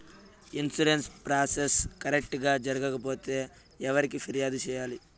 insurance process correct గా జరగకపోతే ఎవరికి ఫిర్యాదు సేయాలి